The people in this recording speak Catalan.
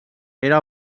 era